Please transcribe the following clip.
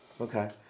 Okay